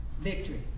victory